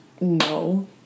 No